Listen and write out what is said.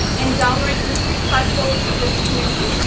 and downright disrepectful to this committee,